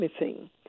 missing